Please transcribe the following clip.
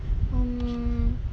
um